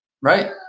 right